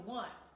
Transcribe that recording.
one